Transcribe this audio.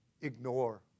ignore